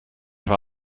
aber